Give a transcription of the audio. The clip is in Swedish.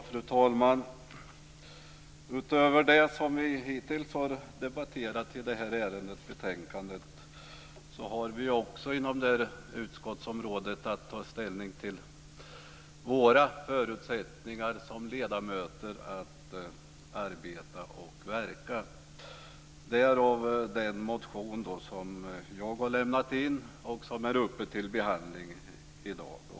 Fru talman! Utöver det som vi hittills har debatterat i det här ärendet har vi inom detta utgiftsområde också att ta ställning till våra förutsättningar att arbeta och verka som ledamöter. Jag har väckt en motion om detta, som nu är uppe till behandling. Fru talman!